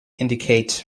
indicate